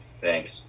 Thanks